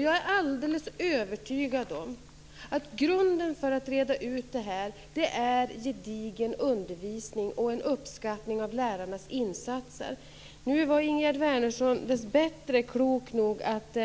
Jag är alldeles övertygad om att grunden för att reda ut detta är gedigen undervisning och en uppskattning av lärarnas insatser. Ingegerd Wärnersson var dessbättre klok nog att